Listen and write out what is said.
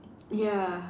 ya